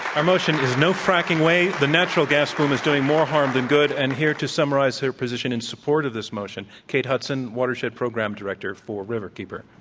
our motion is no fracking way the natural gas boom is doing more harm than good and here to summarize their position in support of this motion, kate hudson, watershedprogram director for riverkeeper.